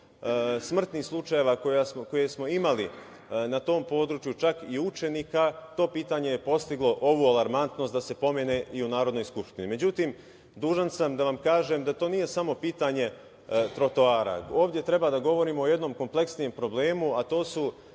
smrtnih slučaja koje smo imali na tom području, čak i učenika, to pitanje je postiglo ovu alarmantnost da se pomene i u Narodnoj skupštini.Međutim, dužan sam da vam kažem da to nije samo pitanje trotoara. Ovde treba da govorimo o jednom kompleksnijem problemu, a to su